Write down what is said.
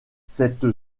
cette